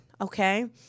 Okay